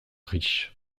riche